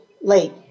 late